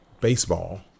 baseball